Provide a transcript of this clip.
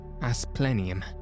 Asplenium